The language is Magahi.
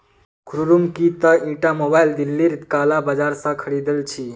खुर्रम की ती ईटा मोबाइल दिल्लीर काला बाजार स खरीदिल छि